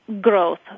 growth